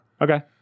Okay